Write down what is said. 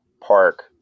park